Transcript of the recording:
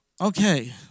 Okay